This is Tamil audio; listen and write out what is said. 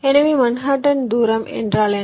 எனவே மன்ஹாட்டன் தூரம் என்றால் என்ன